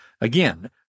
again